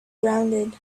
rounded